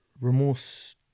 remorse